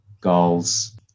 goals